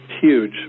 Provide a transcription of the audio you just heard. huge